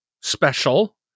special